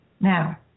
now